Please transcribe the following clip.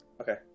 Okay